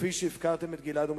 כפי שהפקרתם את גלעד ומשפחתו.